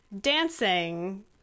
dancing